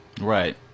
Right